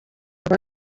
rwa